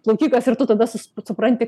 plaukikas ir tu tada supranti